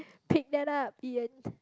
pick that up Ian